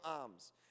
arms